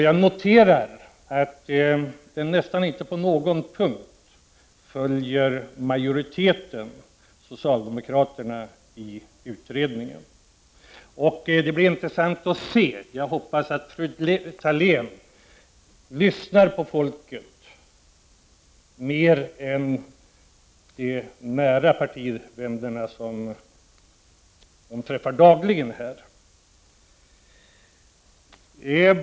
Jag noterar att det nästan inte på någon punkt följer majoriteten, dvs socialdemokraterna i utredningen. Det blir intressant att se hur det går. Jag hoppas att fru Thalén lyssnar på folket mer än på de nära partivännerna som hon träffar dagligen.